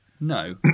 No